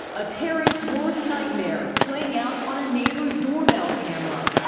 a parent's worst nightmare playing out on a neighbor's doorbell camera.